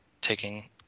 taking